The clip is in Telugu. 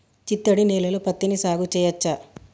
చిత్తడి నేలలో పత్తిని సాగు చేయచ్చా?